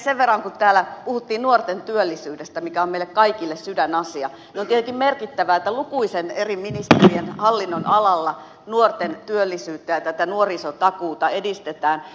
sen verran kun täällä puhuttiin nuorten työllisyydestä mikä on meille kaikille sydänasia niin on tietenkin merkittävää että lukuisten eri ministerien hallinnonalalla nuorten työllisyyttä ja tätä nuorisotakuuta edistetään